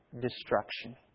destruction